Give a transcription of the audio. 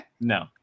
No